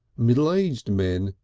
middle-aged men,